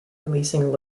releasing